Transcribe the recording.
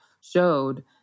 showed